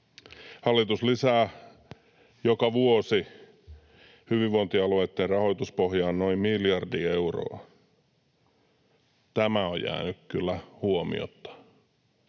hallitus lisää joka vuosi hyvinvointialueitten rahoituspohjaa noin miljardi euroa. Tämä on jäänyt kyllä huomiotta.